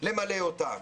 למלא אותן.